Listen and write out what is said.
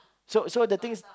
so so the thing is